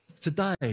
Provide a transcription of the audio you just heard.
today